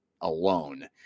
alone